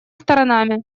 сторонами